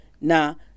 now